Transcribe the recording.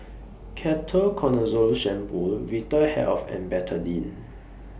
Ketoconazole Shampoo Vitahealth and Betadine